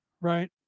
Right